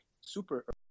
super